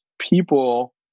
people